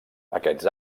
aquests